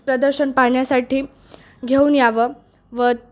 प्रदर्शन पाहण्यासाठी घेऊन यावं व